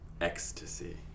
Ecstasy